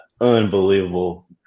unbelievable